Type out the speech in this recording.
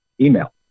email